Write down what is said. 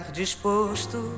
disposto